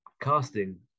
casting